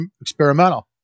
experimental